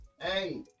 Hey